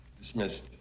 Dismissed